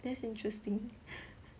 that's interesting